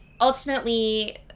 ultimately